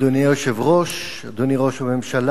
אדוני היושב-ראש, אדוני ראש הממשלה,